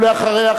אחריה,